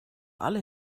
alle